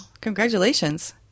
Congratulations